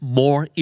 more